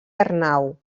arnau